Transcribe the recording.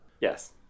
Yes